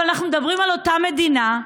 אבל אנחנו מדברים על אותה מדינה,